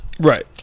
Right